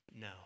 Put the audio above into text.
No